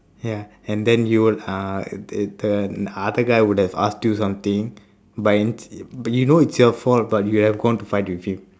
ya and then he will uh the other guy would have asked you something but it's but you know it's your fault but you have to fight your dream